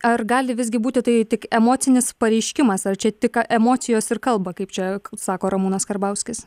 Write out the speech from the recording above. ar gali visgi būti tai tik emocinis pareiškimas ar čia tik emocijos ir kalba kaip čia sako ramūnas karbauskis